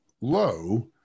low